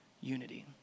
unity